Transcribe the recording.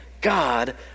God